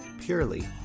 purely